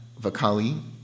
Vakali